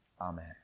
Amen